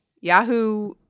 Yahoo